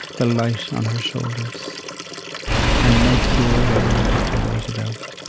the light on her shoulders and no cure there but to wait it out